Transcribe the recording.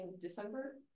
December